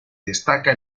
destaca